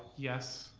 yes,